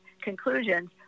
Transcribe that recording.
conclusions